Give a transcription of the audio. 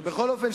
בכל אופן,